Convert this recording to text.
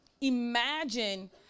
imagine